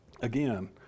again